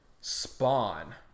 spawn